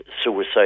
suicide